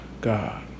God